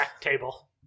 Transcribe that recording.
table